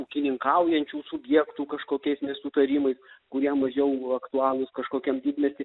ūkininkaujančių subjektų kažkokiais nesutarimais kurie mažiau aktualūs kažkokiam didmiesty